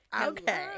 okay